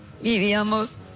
Vivíamos